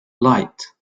light